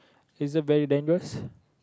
is it very dangerous